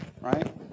right